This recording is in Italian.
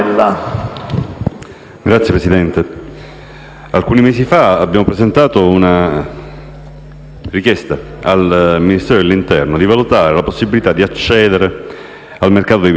alcuni mesi fa abbiamo presentato la richiesta al Ministero dell'interno di valutare la possibilità di accedere al mercato di Vittoria, ai sensi della normativa antimafia.